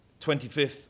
25th